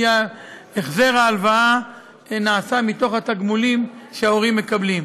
כי החזר ההלוואה נעשה מהתגמולים שההורים מקבלים.